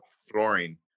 flooring